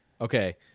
Okay